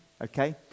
okay